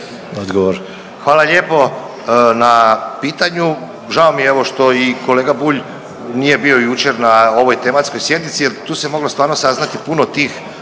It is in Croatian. (HDZ)** Hvala lijepo na pitanju. Žao mi je evo što i kolega Bulj nije bio jučer na ovoj tematskoj sjednici jer tu se moglo stvarno saznati puno tih